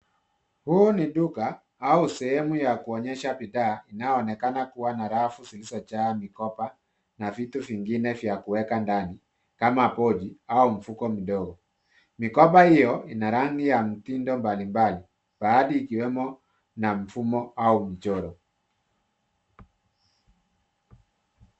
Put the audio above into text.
Huu ni duka au sehemu ya kuonyesha bidhaa inaonekana kuwa na rafu zilizojaa mikoba na vitu vingine vya kuweka ndani kama pochi au mifuko midogo. Mikoba hio ina rangi ya mtindo mbalimbali baadhi ikiwemo na mfumo au mchoro.